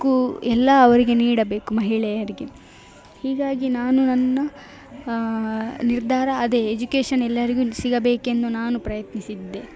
ಹಕ್ಕು ಎಲ್ಲ ಅವರಿಗೆ ನೀಡಬೇಕು ಮಹಿಳೆಯರಿಗೆ ಹೀಗಾಗಿ ನಾನು ನನ್ನ ನಿರ್ಧಾರ ಅದೇ ಎಜುಕೇಶನ್ ಎಲ್ಲರಿಗು ಸಿಗಬೇಕೆಂದು ನಾನು ಪ್ರಯತ್ನಿಸಿದ್ದೆ